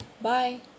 Bye